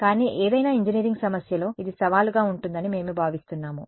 కానీ ఏదైనా ఇంజనీరింగ్ సమస్యలో ఇది సవాలుగా ఉంటుందని మేము భావిస్తున్నాము